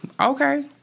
okay